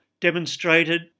demonstrated